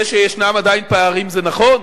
זה שיש עדיין פערים זה נכון,